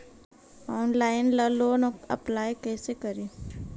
Online loan ला apply कैसे करी?